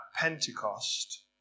Pentecost